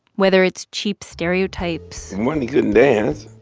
whether it's cheap stereotypes. one, he couldn't dance.